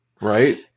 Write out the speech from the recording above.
right